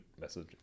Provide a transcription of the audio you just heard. message